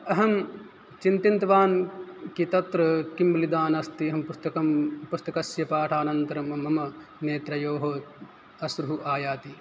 अहं चिन्तिन्तवान् कि तत्र किं बलिदानम् अस्ति अहं पुस्तकं पुस्तकस्य पाठानन्तरं मम नेत्रयोः अश्रूः आयाति